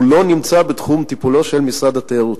הוא לא נמצא בתחום טיפולו של משרד התיירות.